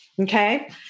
okay